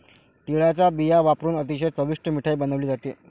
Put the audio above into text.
तिळाचा बिया वापरुन अतिशय चविष्ट मिठाई बनवली जाते